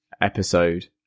episode